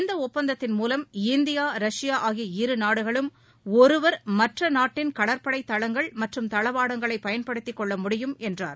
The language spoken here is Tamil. இந்த ஒப்பந்தத்திள் மூலம் இந்தியா ரஷ்யா ஆகிய இருநாடுகளும் ஒருவர் மற்ற நாட்டின் கடற்படைத் தளங்கள் மற்றும் தளவாடங்களை பயன்படுத்திக் கொள்ள முடியும் என்றார்